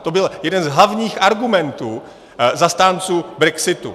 To byl jeden z hlavních argumentů zastánců brexitu.